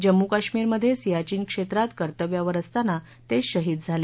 जम्मू कश्मीरमधे सियाचीन क्षेत्रात कर्तव्यावर असताना ते शहीद झाले